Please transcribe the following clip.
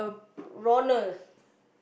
Ronald